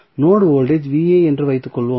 node voltage என்று வைத்துக்கொள்வோம்